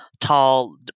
tall